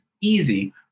easy